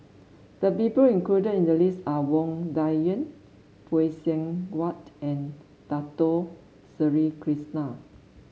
the people included in the list are Wang Dayuan Phay Seng Whatt and Dato Sri Krishna